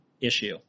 issue